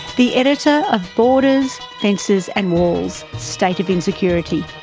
the editor of borders, fences and walls state of insecurity?